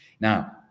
Now